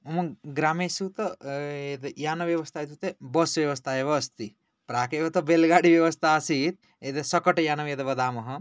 मम ग्रामेसु यत् यानव्यवस्था इत्युक्ते बस् व्यवस्था एव अस्ति प्रागेव तु बेल् गाडि व्यवस्ता आसीत् यद् शकटयानं यद् वदाम